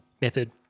method